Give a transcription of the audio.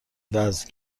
وزن